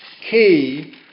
key